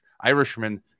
irishman